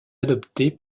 adoptée